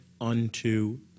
unto